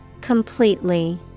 Completely